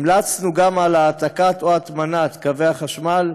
המלצנו גם על העתקה או הטמנה של קווי החשמל,